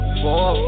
four